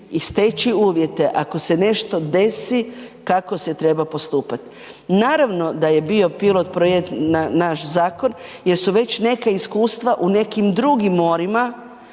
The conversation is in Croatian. i steći uvjete ako se nešto desi, kako se treba postupati. Naravno da je bio pilot projekt na naš zakon jer su već neka iskustva u nekim drugim morima